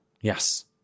Yes